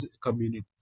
communities